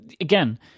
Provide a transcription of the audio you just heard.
Again